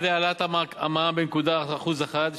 על-ידי העלאת המע"מ בנקודת אחוז אחת,